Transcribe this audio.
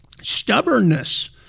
Stubbornness